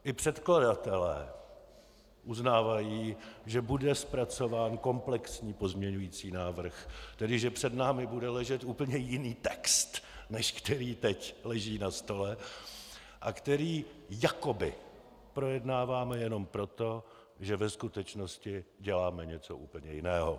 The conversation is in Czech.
I předkladatelé uznávají, že bude zpracován komplexní pozměňovací návrh, tedy že před námi bude ležet úplně jiný text, než který teď leží na stole a který jakoby projednáváme jenom proto, že ve skutečnosti děláme něco úplně jiného.